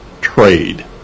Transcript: trade